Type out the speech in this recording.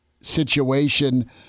situation